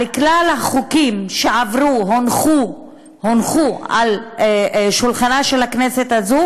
על כלל החוקים שהונחו על שולחנה של הכנסת הזאת